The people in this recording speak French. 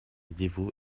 dévot